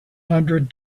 hundred